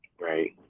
Right